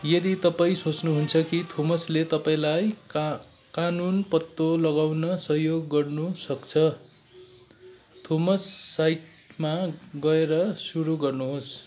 यदि तपाईँँ सोच्नुहुन्छ कि थोमसले तपाईँँलाई का कानुन पत्तो लगाउन सहयोग गर्न सक्छ थोमस साइटमा गएर सुरु गर्नुहोस्